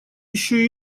еще